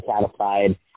satisfied